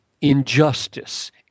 injustice